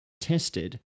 tested